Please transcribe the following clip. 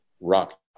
rock